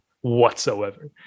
whatsoever